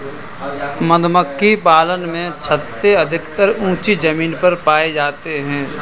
मधुमक्खी पालन में छत्ते अधिकतर ऊँची जमीन पर पाए जाते हैं